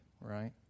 right